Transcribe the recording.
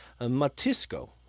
matisco